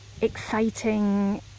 exciting